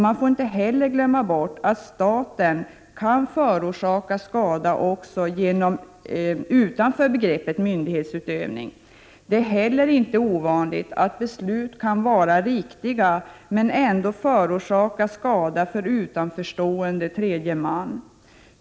| Man får inte heller glömma bort att staten kan förorsaka skada också utanför begreppet myndighetsutövning. Det är inte heller ovanligt att beslut | kan vara riktiga men ändå förorsaka skada för utanförstående tredje man.